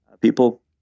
people